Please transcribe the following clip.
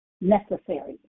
necessary